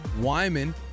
Wyman